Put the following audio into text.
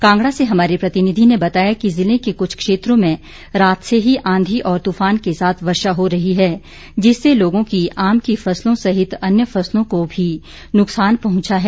कांगड़ा से हमारे प्रतिनिधी ने बताया कि जिले के कुछ क्षेत्रों में रात से ही आंधी और तुफान के साथ वर्षा हो रही है जिससे लोगों की आम की फसलों सहित अन्य फसलों को भी नुकसान पहुंचा है